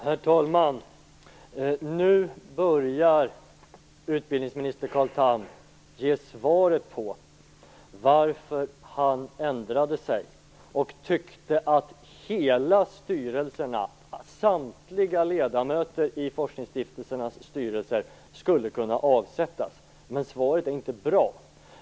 Herr talman! Nu börjar utbildningsminister Carl Tham ge svar på varför han ändrade sig och tyckte att hela styrelserna, samtliga ledamöter i forskningsstiftelsernas styrelser, skulle kunna avsättas. Men hans svar är inte bra.